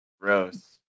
Gross